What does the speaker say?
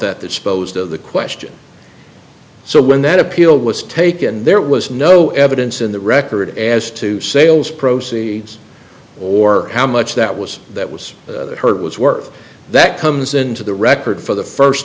that supposed of the question so when that appeal was taken there was no evidence in the record as to sales proceeds or how much that was that was heard was worth that comes into the record for the first